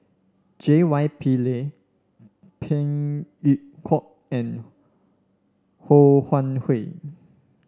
J Y Pillay Phey Yew Kok and Ho Wan Hui